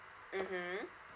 mmhmm